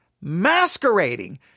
masquerading